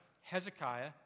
Hezekiah